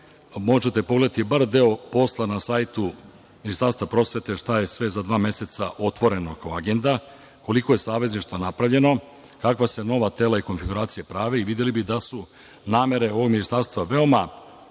Možete pogledati bar deo posla na sajtu Ministarstva prosvete šta je sve za dva meseca otvoreno kao agenda, koliko je savezništva napravljeno, kakva se nova tela i konfiguracije prave i videli bi da su namere ovog ministarstva veoma